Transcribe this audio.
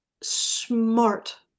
smart